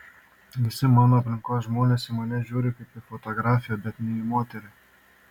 visi mano aplinkos žmonės į mane žiūri kaip į fotografę bet ne į moterį